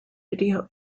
video